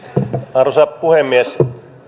arvoisa puhemies